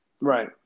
Right